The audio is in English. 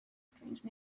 strange